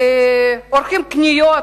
עורכים קניות,